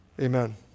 amen